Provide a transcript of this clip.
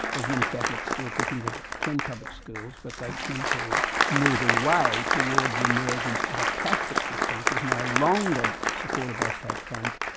because many catholics still continue to attend public schools, but they tend to move away towards the emergence of a catholic system, which is no longer supported by state funds,